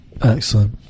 Excellent